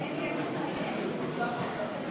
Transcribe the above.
הצעת חוק המועצה לענף הלול (ייצור ושיווק)